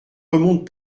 remontent